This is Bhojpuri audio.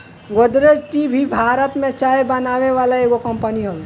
गोदरेज टी भी भारत में चाय बनावे वाला एगो कंपनी हवे